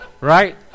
right